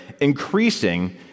increasing